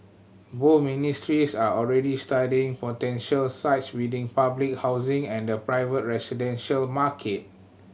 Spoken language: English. both ministries are already studying potential sites within public housing and the private residential market